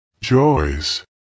joys